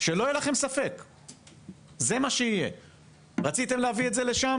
חגיגית זה יצא בקריאה ברורה כאמירה של ועדת העלייה והקליטה,